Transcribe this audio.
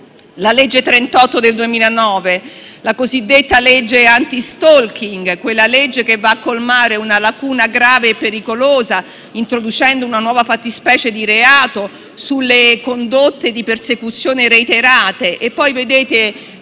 la legge n. 38 del 2009, la cosiddetta legge anti-*stalking*, quella legge che va a colmare una lacuna grave e pericolosa, introducendo una nuova fattispecie di reato sulle condotte di persecuzione reiterate.